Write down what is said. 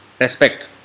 respect